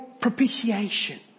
propitiation